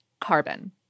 carbon